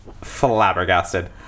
flabbergasted